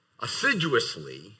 assiduously